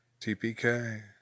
TPK